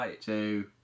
two